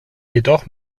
jedoch